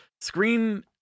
screen